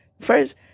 First